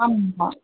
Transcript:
ஆமாம்